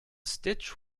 stitch